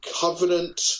Covenant